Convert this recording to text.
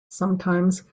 sometimes